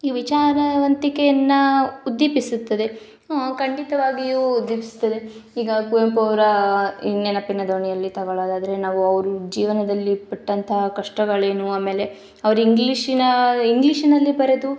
ಈ ವಿಚಾರವಂತಿಕೆಯನ್ನು ಉದ್ಧೀಪಿಸುತ್ತದೆ ಖಂಡಿತವಾಗಿಯೂ ಉದ್ದೀಪಿಸುತ್ತದೆ ಈಗ ಕುವೆಂಪು ಅವರ ಈ ನೆನಪಿನ ದೋಣಿಯಲ್ಲಿ ತಗೋಳ್ಳೋದಾದ್ರೆ ನಾವು ಅವರು ಜೀವನದಲ್ಲಿ ಪಟ್ಟಂತಹ ಕಷ್ಟಗಳೇನು ಆಮೇಲೆ ಅವ್ರು ಇಂಗ್ಲೀಷಿನ ಇಂಗ್ಲೀಷಿನಲ್ಲಿ ಬರೆದು